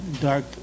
dark